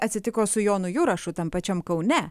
atsitiko su jonu jurašu tam pačiam kaune